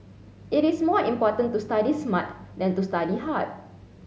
it is more important to study smart than to study hard